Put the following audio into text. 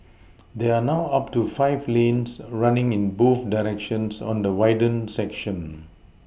there are now up to five lanes running in both directions on the widened section